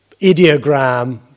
ideogram